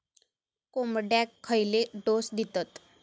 कोंबड्यांक खयले डोस दितत?